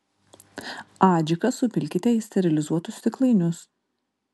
adžiką supilkite į sterilizuotus stiklainius